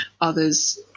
others